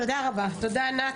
תודה רבה נתי.